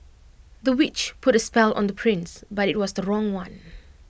the witch put A spell on the prince but IT was the wrong one